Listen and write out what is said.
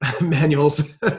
manuals